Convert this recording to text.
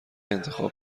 انتخاب